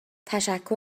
تشکر